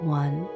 one